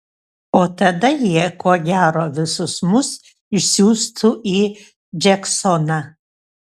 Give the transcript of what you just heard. o tada jie ko gero visus mus išsiųstų į džeksoną